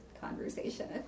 conversation